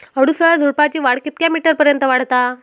अडुळसा झुडूपाची वाढ कितक्या मीटर पर्यंत वाढता?